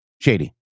shady